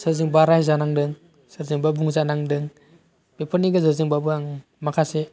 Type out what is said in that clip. सोरजोंबा रायजानांदों सोरजोंबा बुंजानांदों बेफोरनि गेजेरजोंबाबो आं माखासे